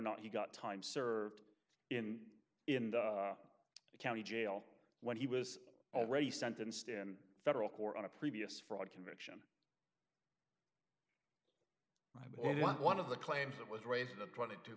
not he got time served in in the county jail when he was already sentenced in federal court on a previous fraud conviction or one of the claims that was raised that twenty to